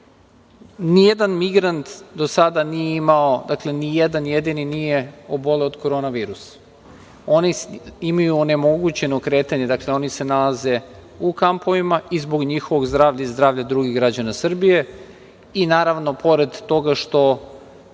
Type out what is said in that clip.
Srbije. Nijedan migrant do sada nije imao, dakle nijedan jedini nije oboleo od Korona virusa. Oni imaju onemogućeno kretanje, dakle oni se nalaze u kampovima i zbog njihovog zdravlja i zdravlja drugih građana Srbije i naravno pored toga što